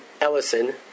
Ellison